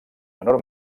menor